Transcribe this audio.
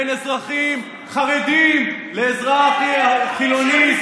אני לא מבחין בין אזרחים חרדים לאזרח חילוני.